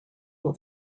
will